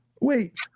wait